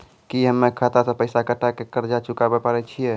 की हम्मय खाता से पैसा कटाई के कर्ज चुकाबै पारे छियै?